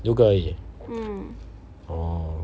六个而已 oh